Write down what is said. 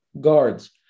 guards